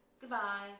goodbye